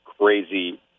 crazy